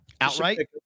Outright